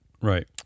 Right